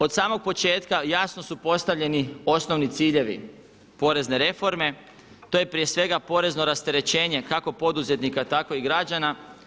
Od samog početka jasno su postavljeni osnovni ciljevi porezne reforme, to je prije svega porezno rasterećenje kako poduzetnika tako i građana.